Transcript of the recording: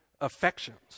affections